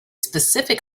specific